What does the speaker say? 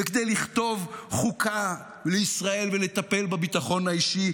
כדי לכתוב חוקה לישראל ולטפל בביטחון האישי,